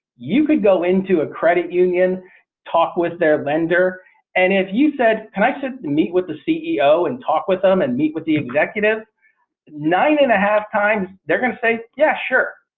you could go into a credit union talk with their lender and if you said can i set meet with the ceo and talk with them and meet with the executive nine and a half times they're going to say yes sure.